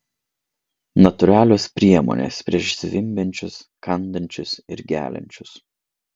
natūralios priemonės prieš zvimbiančius kandančius ir geliančius